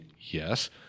Yes